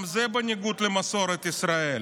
גם זה בניגוד למסורת ישראל.